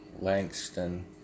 Langston